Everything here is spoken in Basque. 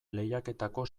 lehiaketako